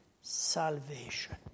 salvation